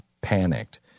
panicked